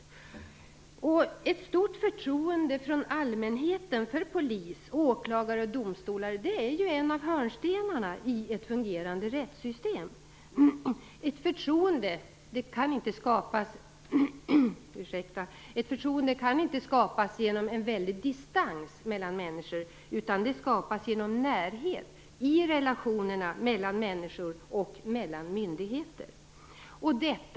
Ett stort förtroende från allmänheten för polis, åklagare och domstolar är ju en av hörnstenarna i ett fungerande rättssystem. Ett förtroende kan inte skapas genom en väldig distans mellan människor, utan det skapas genom närhet i relationerna mellan människor och mellan människor och myndigheter.